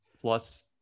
plus